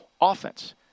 offense